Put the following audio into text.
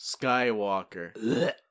Skywalker